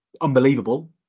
unbelievable